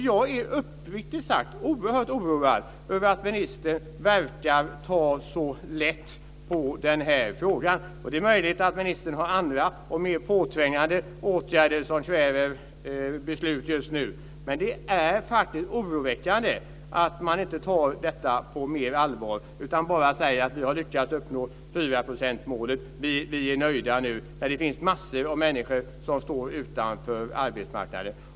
Jag är uppriktigt sagt oerhört oroad över att ministern verkar ta så lätt på den här frågan. Det är möjligt att ministern har andra och mer påträngande ärenden som kräver beslut just nu, men det är faktiskt oroväckande att man inte tar detta på mer allvar utan bara säger att man har lyckats uppnå 4-procentsmålet och att man är nöjd. Det finns massor av människor som står utanför arbetsmarknaden.